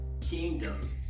kingdom